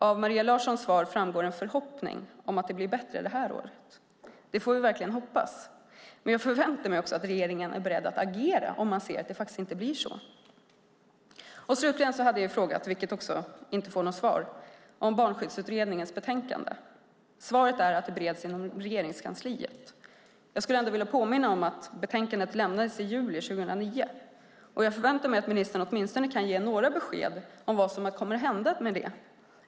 I Maria Larssons svar framkommer en förhoppning om att det blir bättre i år. Det får vi verkligen hoppas. Men jag förväntar mig att regeringen är beredd att agera om man ser att det inte blir så. Jag frågade om Barnskyddsutredningens betänkande och fick till svar att det bereds inom Regeringskansliet. Jag vill dock påminna om att betänkandet lämnades i juli 2009. Jag förväntar mig att ministern åtminstone kan ge några besked om vad som kommer att hända med det.